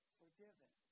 forgiven